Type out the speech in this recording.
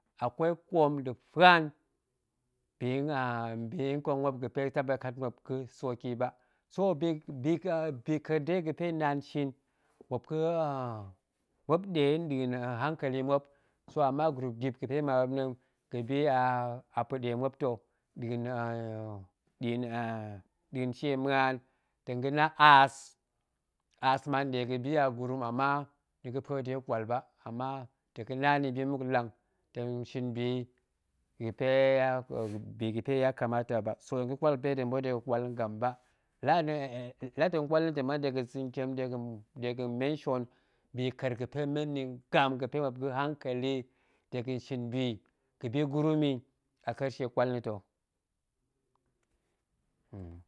Akwei ƙwom nda̱ fuan bi nn aa bi nƙong muop ga̱pe taɓa kat muop ga̱ soki ba, bi bi aa biƙa̱er tei ga̱pe naan shin, muop ga̱ aaa muop nɗe nɗa̱a̱n hankeli muop, so ama gurum dip ga̱pe ma muop nem ga̱bi aaa a pa̱ɗe muop ta̱ nɗa̱a̱n aaa nɗa̱a̱n shie muan tong ga̱na aas ma nɗe ga̱bi a gurum ama ni ga̱pue de ƙwal ba, ama tong ga̱na ni bi muk nlang tong shin bi yi bi ga̱ aan ya kamata ba, so hen ga̱ƙwal pe hen tong ƙwal ngam ba, la a de nƙwal hen tong muan dega̱ sa̱ntiem dega̱ mansion biƙa̱er ga̱pe men nni ngam gəpe muop ga̱ hankeli dega̱n shin bi ga̱bi gurum yi a kershe ƙwal na̱ ta̱.